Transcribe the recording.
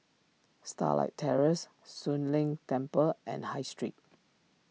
Starlight Terrace Soon Leng Temple and High Street